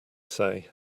say